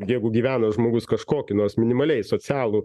jeigu gyvena žmogus kažkokį nors minimaliai socialų